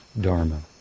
Dharma